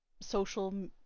social